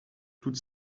toute